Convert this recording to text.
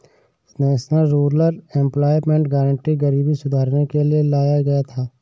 national rural employment guarantee गरीबी सुधारने के लिए लाया गया था